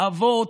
אבות,